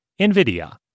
NVIDIA